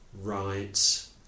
rights